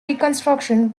reconstruction